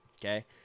okay